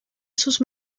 sus